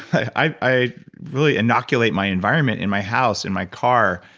i really inoculate my environment in my house, in my car,